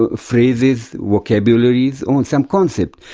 ah phrases, vocabularies, um and some concepts.